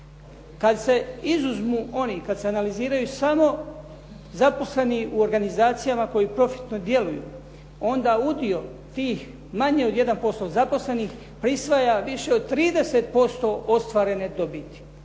Kada se izuzmu oni, kada se analiziraju samo oni zaposleni u organizacijama koji profitno djeluju onda udio tih manje od 1% zaposlenih prisvaja više od 30% ostvarene dobiti,